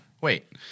Wait